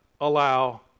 allow